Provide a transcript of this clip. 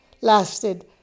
lasted